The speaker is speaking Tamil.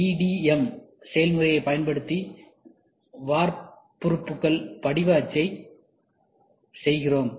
EDM செயல்முறையைப் பயன்படுத்தி வார்ப்புருவுக்கான படிவ அச்சை செய்கிறோம்